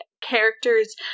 characters